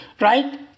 Right